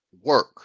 work